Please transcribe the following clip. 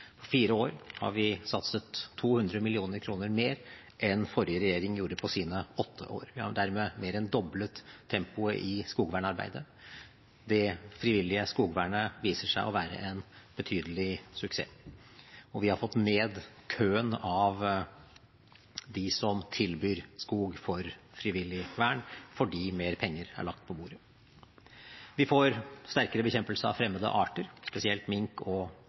På fire år har vi satset 200 mill. kr mer enn forrige regjering gjorde på sine åtte år. Vi har dermed mer enn doblet tempoet i skogvernarbeidet. Det frivillige skogvernet viser seg å være en betydelig suksess. Og vi har fått ned køen av dem som tilbyr skog med frivillig vern, fordi mer penger er lagt på bordet. Vi får sterkere bekjempelse av fremmede arter, spesielt mink og